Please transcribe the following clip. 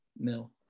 mill